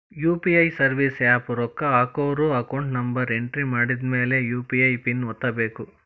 UPI service app ರೊಕ್ಕ ಹಾಕೋರ್ account number entry ಮಾಡಿದ್ಮ್ಯಾಲೆ ಯು.ಪಿ.ಐ ಪಿನ್ ಒತ್ತಬೇಕು